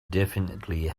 definitely